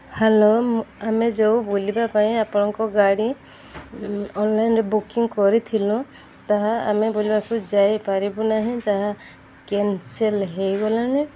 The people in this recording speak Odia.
ହ୍ୟାଲୋ ଆମେ ଯେଉଁ ବୁଲିବା ପାଇଁ ଆପଣଙ୍କ ଗାଡ଼ି ଅନ୍ଲାଇନ୍ରେ ବୁକିଂ କରିଥିଲୁ ତାହା ଆମେ ବୁଲିବାକୁ ଯାଇପାରିବୁ ନାହିଁ ଯାହା କ୍ୟାନ୍ସେଲ୍ ହୋଇଗଲାଣି